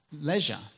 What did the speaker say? leisure